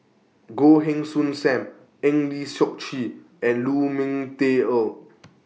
Goh Heng Soon SAM Eng Lee Seok Chee and Lu Ming Teh Earl